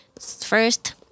First